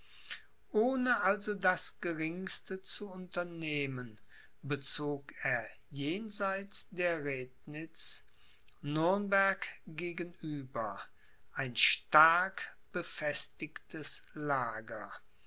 ohne also das geringste zu unternehmen bezog er jenseits der rednitz nürnberg gegenüber ein stark befestigtes lager